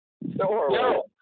No